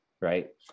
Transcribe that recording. right